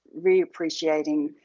reappreciating